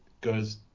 goes